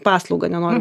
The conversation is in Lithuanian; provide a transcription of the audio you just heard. paslaugą nenoriu